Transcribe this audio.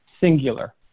singular